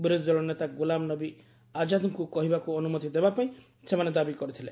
ବିରୋଧୀଦଳ ନେତା ଗୁଲାମ ନବୀ ଆଜାଦଙ୍କୁ କହିବାକୁ ଅନୁମତି ଦେବା ପାଇଁ ସେମାନେ ଦାବି କରିଥିଲେ